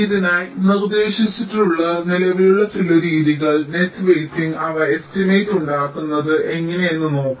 ഇതിനായി നിർദ്ദേശിച്ചിട്ടുള്ള നിലവിലുള്ള ചില രീതികൾ നെറ്റ് വെയ്റ്റിംഗ് അവ എസ്റ്റിമേറ്റ് ഉണ്ടാക്കുന്നത് എങ്ങനെയെന്ന് നോക്കാം